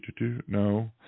No